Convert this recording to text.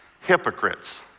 hypocrites